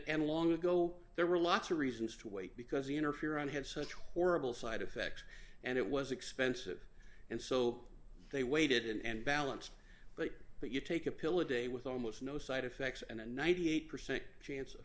long ago there were lots of reasons to wait because the interferon have such horrible side effects and it was expensive and so they waited and balance but but you take a pill a day with almost no side effects and a ninety eight percent chance of